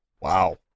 Wow